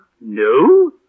No